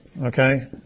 okay